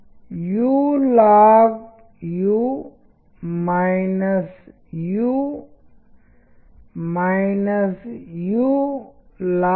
కొన్ని టైపోగ్రఫీ ఫీచర్లు గాంభీర్యం హుషారు హుందాతనం కొన్ని ఇతర అంశాలు ప్రాచీనత యొక్క భావాన్ని తెలియజేస్తాయి